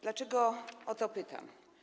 Dlaczego o to pytam?